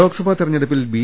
ലോക്സഭാ തെരഞ്ഞെടുപ്പിൽ ബി